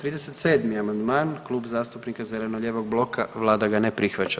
37. amandman Klub zastupnika zeleno-lijevog bloka, Vlada ga ne prihvaća.